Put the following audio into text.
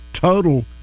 total